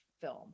film